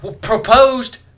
proposed